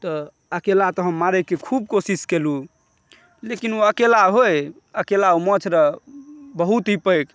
तऽ अकेला तऽ हम मारैके खूब कोशिश कएलहुॅं लेकिन ओ अकेला होइ अकेला ओ माछ रहय बहुत ही पैघ